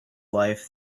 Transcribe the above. life